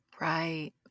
Right